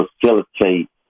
facilitate